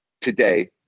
today